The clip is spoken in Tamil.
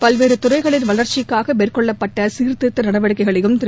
பல்வேறு துறைகளின் வளர்ச்சிக்காக மேற்கொள்ளப்பட்ட சீர்திருத்த நடவடிக்கைகளையும் திரு